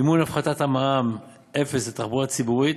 מימון הפחתת מע"מ אפס על תחבורה ציבורית,